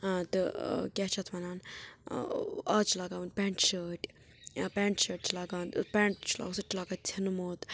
تہٕ کیاہ چھِ اتھ وَنان از چھِ لگاوان پیٚنٹ شٲٹۍ یا پیٚنٹ شٲٹۍ چھِ لاگان تہٕ پیٚنٹ چھِ لاگان سُہ تہِ چھِ لاگان ژھیٚنمُت